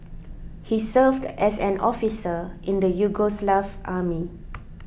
he served as an officer in the Yugoslav army